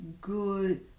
good